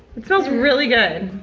it smells really good.